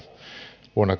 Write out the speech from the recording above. vuonna